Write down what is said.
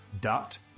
dot